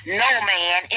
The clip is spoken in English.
no-man